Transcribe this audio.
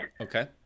Okay